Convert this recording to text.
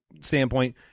standpoint